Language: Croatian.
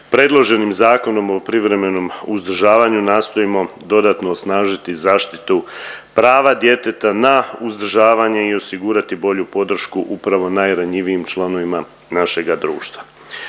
predloženim Zakonom o privremenom uzdržavanju nastojimo dodatno osnažiti zaštitu prava djeteta na uzdržavanje i osigurati bolju podršku upravo najranjivijim članovima našega društva.